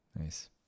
Nice